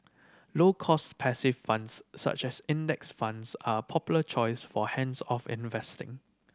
low cost passive funds such as Index Funds are a popular choice for hands off investing